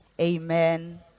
amen